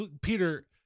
Peter